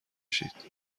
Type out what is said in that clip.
شید